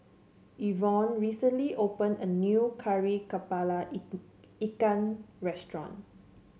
Yvonne recently opened a new kari kepala ik ikan restaurant